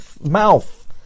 mouth